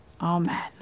Amen